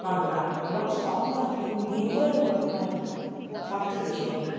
পারবো না এবং তখনকার দিন দিনগুলোই যেন মনে হয় সব থেকে বেশি রঙিন